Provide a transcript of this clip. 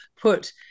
put